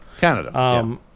Canada